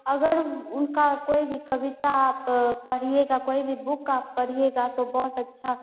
अगर उनकी कोई भी कविता आप पढ़िएगा कोई भी बुक आप पढ़िएगा तो बहुत अच्छा